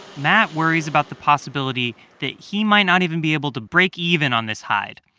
matt worries about the possibility that he might not even be able to break even on this hide.